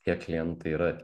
kiek klientai yra